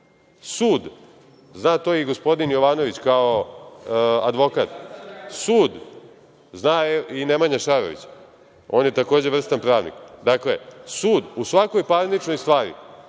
Sud, zna to i gospodin Jovanović, kao advokat, zna i Nemanja Šarović, on je takođe vrstan pravnik, dakle, sud u svakoj parničnoj stvari